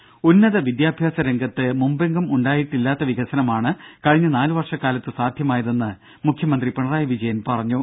ദ്ദേ ഉന്നത വിദ്യാഭ്യാസരംഗത്ത് മുമ്പെങ്ങും ഉണ്ടായിട്ടില്ലാത്ത വികസനമാണ് കഴിഞ്ഞ നാലുവർഷക്കാലത്ത് സാധ്യമായതെന്ന് മുഖ്യമന്ത്രി പിണറായി വിജയൻ പറഞ്ഞു